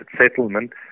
settlement